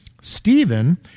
Stephen